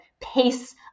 pace